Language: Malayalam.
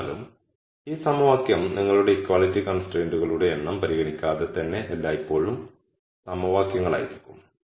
എന്നിരുന്നാലും ഈ സമവാക്യം നിങ്ങളുടെ ഇക്വാളിറ്റി കൺസ്ട്രൈന്റുകളുടെ എണ്ണം പരിഗണിക്കാതെ തന്നെ എല്ലായ്പ്പോഴും സമവാക്യങ്ങളായിരിക്കും